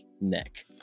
nick